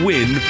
Win